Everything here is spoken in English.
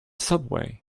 subway